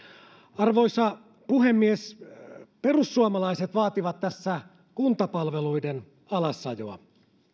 arvoisa puhemies perussuomalaiset vaativat tässä kuntapalveluiden alasajoa